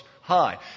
high